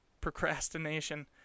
procrastination